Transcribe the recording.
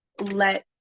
let